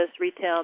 retail